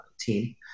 team